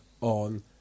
on